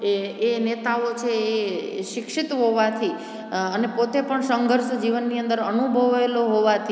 એ એ નેતાઓ છે એ શિક્ષિત હોવાથી અને પોતે પણ સંઘર્ષ જીવનની અંદર અનુભવેલો હોવાથી